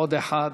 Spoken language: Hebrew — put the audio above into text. עוד אחת,